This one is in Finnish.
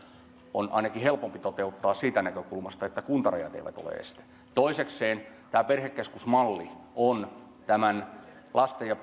on ainakin helpompi toteuttaa siitä näkökulmasta että kuntarajat eivät ole este toisekseen tämä perhekeskusmalli on tämän lapsi ja